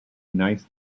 nice